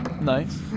Nice